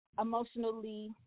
emotionally